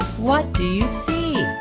what do you see?